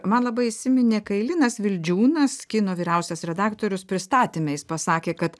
man labai įsiminė kai linas vildžiūnas kino vyriausias redaktorius pristatyme jis pasakė kad